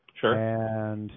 Sure